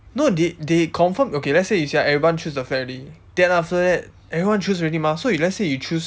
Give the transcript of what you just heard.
no they they confirm okay let's say you see ah everyone choose the flat already then after that everyone choose already mah so if let's say you choose